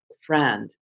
friend